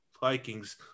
Vikings